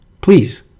please